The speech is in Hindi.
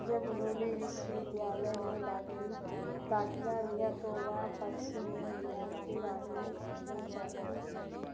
जब उन्होंने विश्वविद्यालय में दाखिल दाखिला लिया तो वह पश्चिम में इतिहास के बारे में सीखना चाहती थी